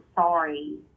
sorry